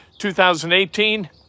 2018